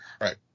Right